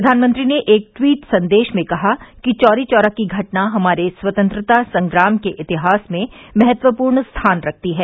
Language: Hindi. प्रधानमंत्री ने एक ट्वीट संदेश में कहा कि चौरी चौरा की घटना हमारे स्वतंत्रता संग्राम के इतिहास में महत्वपूर्ण स्थान रखती है